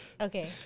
okay